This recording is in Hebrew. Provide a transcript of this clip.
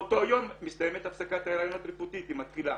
באותו יום מסתיימת הפסקת ההריון התרופתית היא מתחילה.